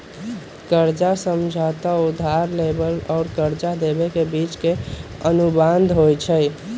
कर्जा समझौता उधार लेबेय आऽ कर्जा देबे के बीच के अनुबंध होइ छइ